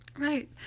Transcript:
Right